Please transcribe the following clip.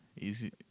easy